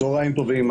צהריים טובים.